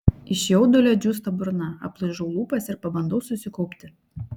iš jaudulio džiūsta burna aplaižau lūpas ir pabandau susikaupti